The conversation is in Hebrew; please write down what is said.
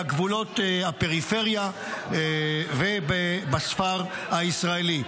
בגבולות הפריפריה ובספר הישראלי.